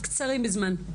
אנחנו קצרים בזמן.